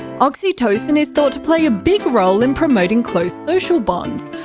oxytocin is thought to play a big role in promoting close social bonds,